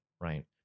right